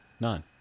None